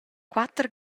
quater